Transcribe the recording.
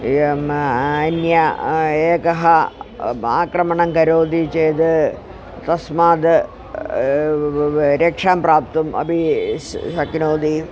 एवम् अन्यः एकः आक्रमणं करोति चेद् तस्माद् रक्षां प्राप्तुम् अपि शक्नोति